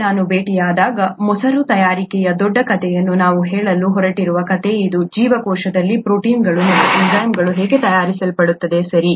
ಮುಂದೆ ನಾವು ಭೇಟಿಯಾದಾಗ ಮೊಸರು ತಯಾರಿಕೆಯ ದೊಡ್ಡ ಕಥೆಯಲ್ಲಿ ನಾವು ಕೇಳಲು ಹೊರಟಿರುವ ಕಥೆ ಇದು ಜೀವಕೋಶದಲ್ಲಿ ಪ್ರೋಟೀನ್ಗಳು ಮತ್ತು ಎನ್ಝೈಮ್ಗಳು ಹೇಗೆ ತಯಾರಿಸಲ್ಪಡುತ್ತವೆ ಸರಿ